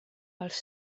els